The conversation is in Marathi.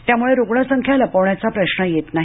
त्यामुळे रुग्णसंख्या लपवण्याचा प्रश्र येत नाही